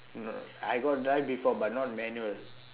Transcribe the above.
mm uh I got drive before but not manual